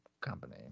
company